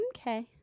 okay